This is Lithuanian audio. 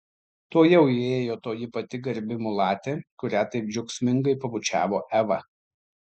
tuojau įėjo toji pati garbi mulatė kurią taip džiaugsmingai pabučiavo eva